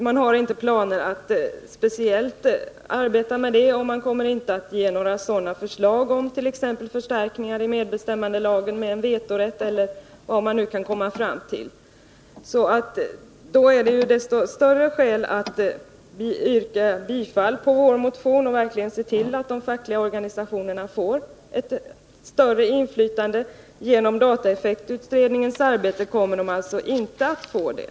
Man har inte planer att speciellt arbeta med detta och kommer inte att föreslå t.ex. förstärkningar i medbestämmandelagen — vetorätt eller vad man nu kan komma fram till. Då är det desto större anledning att vi yrkar bifall till vår motion och verkligen ser till att de fackliga organisationerna får större inflytande. Genom dataeffektutredningens arbete kommer de alltså inte att få det.